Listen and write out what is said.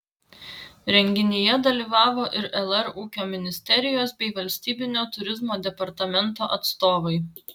renginyje dalyvavo ir lr ūkio ministerijos bei valstybinio turizmo departamento atstovai